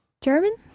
German